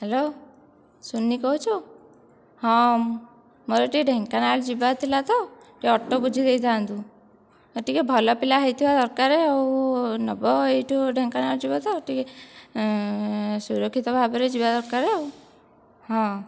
hello ସୁନି କହୁଛୁ ହଁ ମୋର ଟିକିଏ ଢେଙ୍କାନାଳ ଯିବାର ଥିଲା ତ ଟିକିଏ ଅଟୋ ବୁଝିଦେଇଥାନ୍ତୁ ହଁ ଟିକିଏ ଭଲ ପିଲା ହୋଇଥିବା ଦରକାର ଆଉ ନେବ ଏଠୁ ଢେଙ୍କାନାଳ ଯିବ ତ ଆଉ ଟିକିଏ ସୁରକ୍ଷିତ ଭାବରେ ଯିବା ଦରକାର ଆଉ ହଁ